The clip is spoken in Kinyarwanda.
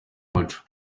muco